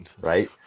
right